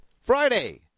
Friday